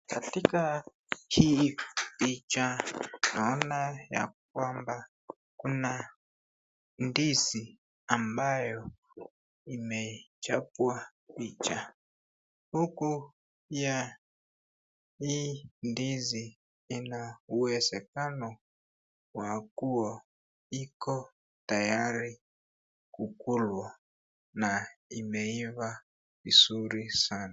Katika hii picha, naona ya kwamba kuna ndizi ambayo imechapwa picha. Huku pia, hii ndizi inauwezekano wa kua iko tayari kukulwa na imeiva vizuri sanaa.